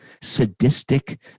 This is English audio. sadistic